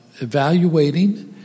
evaluating